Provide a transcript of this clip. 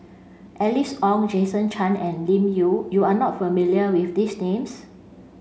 Alice Ong Jason Chan and Lim Yau you are not familiar with these names